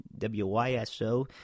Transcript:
WYSO